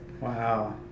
Wow